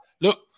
look